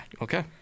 okay